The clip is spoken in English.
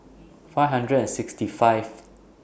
five hundred and sixty five